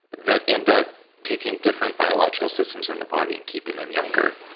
that end up taking different biological systems in the body, and keeping them younger.